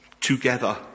Together